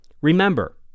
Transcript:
Remember